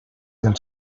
del